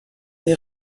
est